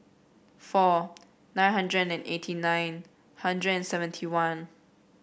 four nine hundred and eighty nine hundred and seventy one